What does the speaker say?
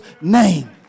name